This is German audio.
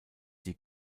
die